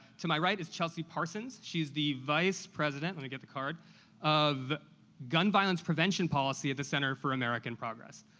to my right is chelsea parsons. she's the vice president let me get the card of gun violence prevention policy at the center for american progress.